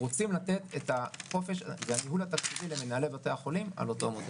רוצים לתת את החופש וניהול התקציבים לבתי החולים על פי אותו מודל.